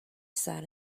sat